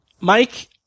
Mike